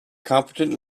competent